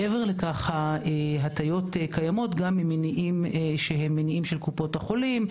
מעבר לכך ההטיות קיימות גם ממניעים שהם מניעים של קופות החולים,